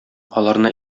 аларны